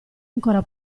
ancora